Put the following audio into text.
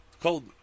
called